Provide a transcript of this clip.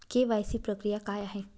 KYC प्रक्रिया काय आहे?